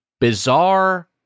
bizarre